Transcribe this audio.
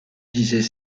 disait